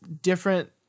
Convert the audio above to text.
different